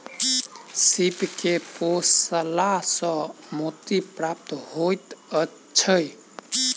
सीप के पोसला सॅ मोती प्राप्त होइत छै